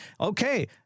okay